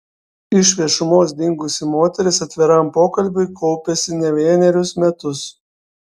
iš viešumos dingusi moteris atviram pokalbiui kaupėsi ne vienerius metus